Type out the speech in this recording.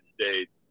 States